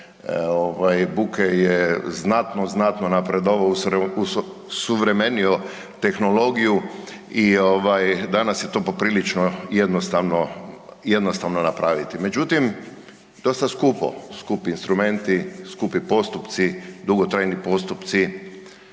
znatno, znatno napredovao, osuvremenio tehnologiju i ovaj danas je to poprilično jednostavno, jednostavno napraviti međutim dosta skupo, skupi instrumenti, skupi postupci, dugotrajni postupci,